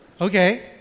Okay